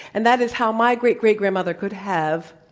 and that is how my great-great-grandmother could have